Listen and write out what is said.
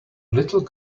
little